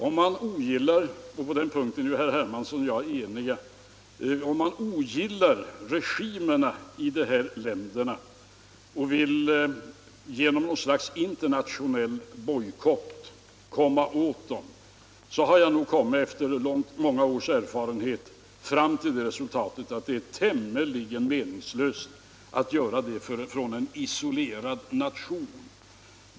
Om man ogillar regimerna i de här länderna — och på den punkten är ju herr Hermansson och jag eniga — och vill komma åt dem genom något slags internationell bojkott, har jag nog efter många års erfarenhet kommit fram till det resultatet att det är tämligen meningslöst att göra det för en isolerad nation.